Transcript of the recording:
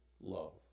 love